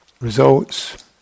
results